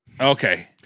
Okay